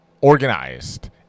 organized